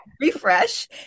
refresh